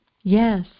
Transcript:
Yes